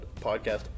podcast